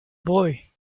boy